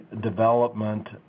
development